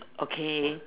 okay